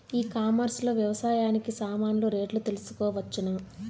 E commerce లో వ్యవసాయానికి సామాన్లు రేట్లు తెలుసుకోవచ్చునా?